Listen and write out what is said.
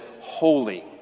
holy